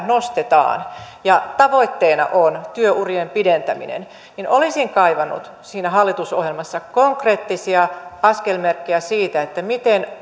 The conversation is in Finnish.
nostetaan ja tavoitteena on työurien pidentäminen niin olisin kaivannut siinä hallitusohjelmassa konkreettisia askelmerkkejä siitä miten